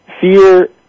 fear